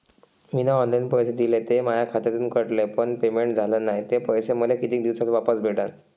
मीन online पैसे दिले, ते माया खात्यातून कटले, पण पेमेंट झाल नायं, ते पैसे मले कितीक दिवसात वापस भेटन?